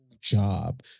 job